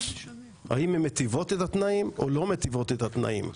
האם הן מטיבות את התנאים או לא מטיבות את התנאים,